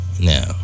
Now